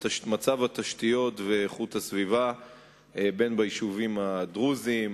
מצב התשתיות ואיכות הסביבה ביישובים הדרוזיים,